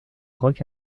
rock